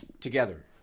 Together